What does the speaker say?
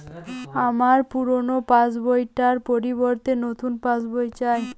আমার পুরানো পাশ বই টার পরিবর্তে নতুন পাশ বই চাই